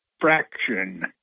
fraction